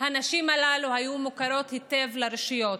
הנשים הללו היו מוכרות היטב לרשויות.